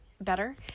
better